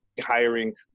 hiring